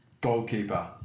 Goalkeeper